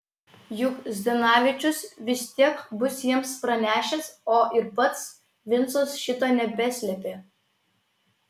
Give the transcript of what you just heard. juk zdanavičius vis tiek bus jiems pranešęs o ir pats vincas šito nebeslėpė